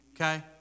Okay